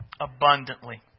abundantly